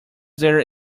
there